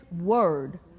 Word